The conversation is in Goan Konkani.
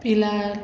पिलार